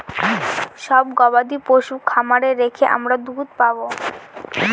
সব গবাদি পশু খামারে রেখে আমরা দুধ পাবো